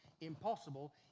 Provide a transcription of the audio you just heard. impossible